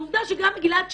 ועובדה שגם גלעד שאמר,